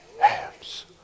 hands